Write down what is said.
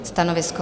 Stanovisko?